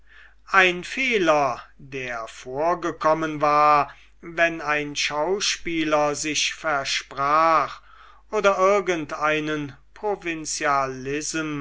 ein fehler der vorgekommen war wenn ein schauspieler sich versprach oder irgendeinen